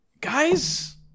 Guys